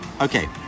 Okay